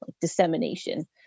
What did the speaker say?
dissemination